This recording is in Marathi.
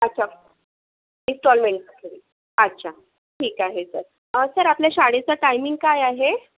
अच्छा इस्टॉलमेंट अच्छा ठीक आहे तर सर आपल्या शाळेचा टायमिंग काय आहे